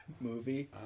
movie